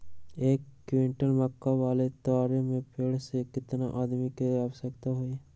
एक क्विंटल मक्का बाल तोरे में पेड़ से केतना आदमी के आवश्कता होई?